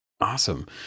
Awesome